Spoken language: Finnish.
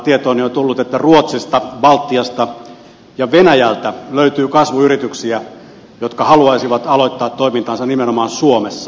tietooni on tullut että ruotsista baltiasta ja venäjältä löytyy kasvuyrityksiä jotka haluaisivat aloittaa toimintansa nimenomaan suomessa